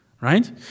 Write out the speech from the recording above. Right